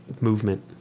movement